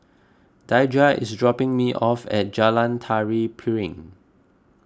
Daija is dropping me off at Jalan Tari Piring